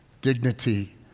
dignity